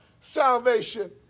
salvation